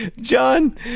John